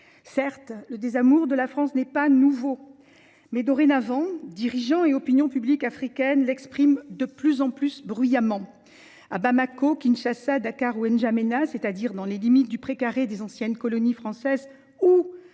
Certes, le désamour de la France n’est pas nouveau ! Mais, dorénavant, dirigeants et opinions publiques africaines l’expriment de plus en plus bruyamment. À Bamako, à Kinshasa, Dakar ou N’Djamena – c’est à dire dans les limites du pré carré des anciennes colonies françaises ou